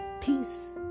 Peace